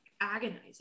agonizing